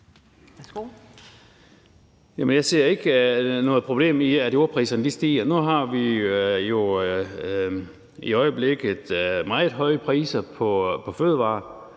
Jeg ser ikke noget problem i, at jordpriserne stiger. Nu har vi jo i øjeblikket meget høje priser på fødevarer,